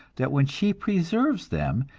that when she preserves them,